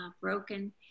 broken